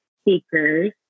speakers